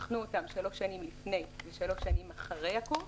בחנו אותם שלוש שנים לפני ושלוש שנים אחרי הקורס,